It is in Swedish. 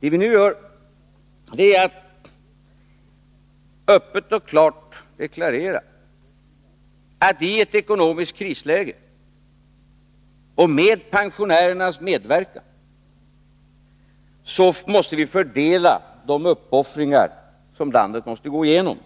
Det vi nu gör är att öppet och klart deklarera att vi i ett ekonomiskt krisläge, med pensionärernas medverkan, måste fördela de uppoffringar som landet måste gå igenom